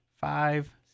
five